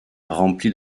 remplies